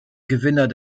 gewinner